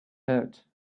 hurt